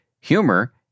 humor